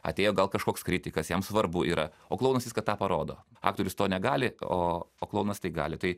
atėjo gal kažkoks kritikas jam svarbu yra o klounais viską tą parodo aktorius to negali o klounas tai gali tai